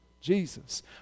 Jesus